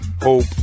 Hope